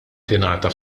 tingħata